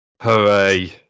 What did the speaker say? Hooray